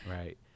right